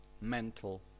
mental